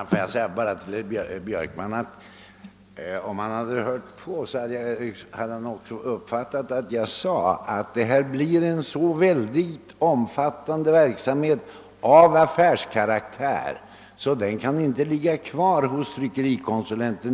Herr talman! Om herr Björkman hade hört på, hade han också uppfattat att jag sade att detta har blivit en så omfattande verksamhet av affärskaraktär att den inte kan ligga kvar hos tryckerikonsulenten.